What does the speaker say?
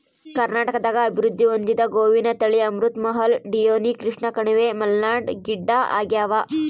ಕರ್ನಾಟಕದಾಗ ಅಭಿವೃದ್ಧಿ ಹೊಂದಿದ ಗೋವಿನ ತಳಿ ಅಮೃತ್ ಮಹಲ್ ಡಿಯೋನಿ ಕೃಷ್ಣಕಣಿವೆ ಮಲ್ನಾಡ್ ಗಿಡ್ಡಆಗ್ಯಾವ